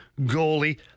goalie